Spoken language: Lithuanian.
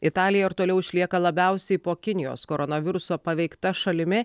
italija ir toliau išlieka labiausiai po kinijos koronaviruso paveikta šalimi